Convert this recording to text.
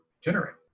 generate